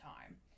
time